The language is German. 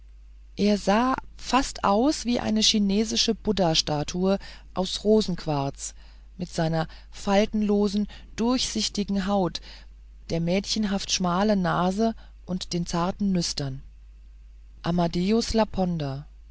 er sah fast aus wie eine chinesische buddhastatue aus rosenquarz mit seiner faltenlosen durchsichtigen haut der mädchenhaft schmalen nase und den zarten nüstern